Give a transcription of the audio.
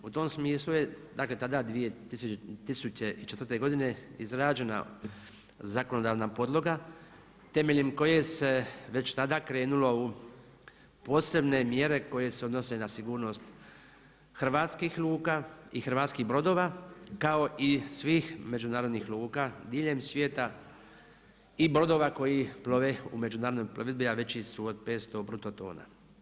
U tom smislu je dakle tada 2004. godine izrađena zakonodavna podloga temeljem koje se već tada krenulo u posebne mjere koje se odnose na sigurnost hrvatskih luka i hrvatskih brodova, kao i svih međunarodnih luka diljem svijeta i brodova koji plove u međunarodnoj plovidbi a veći su od 5 bruto tona.